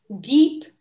deep